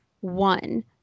one